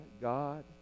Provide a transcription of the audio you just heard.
God